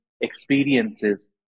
experiences